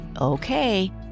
Okay